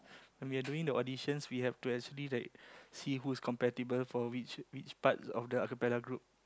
when we are doing the auditions we have to actually like see who's compatible for which which part of the acapella group